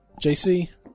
JC